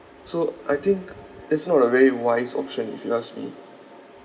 so I think that's not a very wise option if you ask me